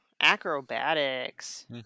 acrobatics